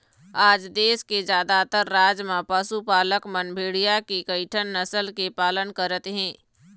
आज देश के जादातर राज म पशुपालक मन भेड़िया के कइठन नसल के पालन करत हे